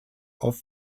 auf